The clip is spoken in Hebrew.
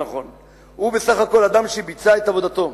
הוא בסך הכול אדם שביצע את עבודתו.